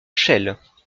chelles